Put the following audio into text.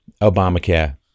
Obamacare